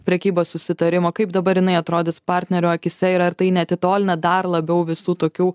prekybos susitarimo kaip dabar jinai atrodys partnerių akyse ir ar tai neatitolina dar labiau visų tokių